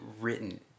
written